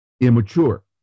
immature